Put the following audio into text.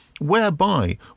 whereby